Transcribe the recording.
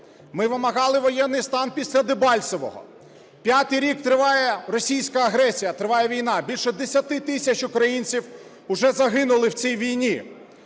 Ми вимагали воєнний стан після Дебальцевого. П'ятий рік триває російська агресія, триває війна, більше 10 тисяч українців вже загинули в цій війні,